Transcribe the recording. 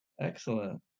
Excellent